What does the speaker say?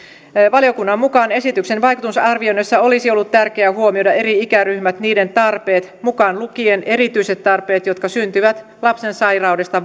valiokunnan mukaan esityksen vaikutusarvioinnissa olisi ollut tärkeää huomioida eri ikäryhmät niiden tarpeet mukaan lukien erityiset tarpeet jotka syntyvät lapsen sairaudesta